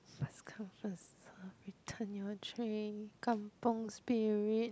return your tray Kampung spirit